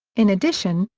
in addition,